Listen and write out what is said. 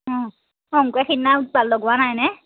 শংকুৱে সেইদিনা উৎপাত লগোৱা নাইনে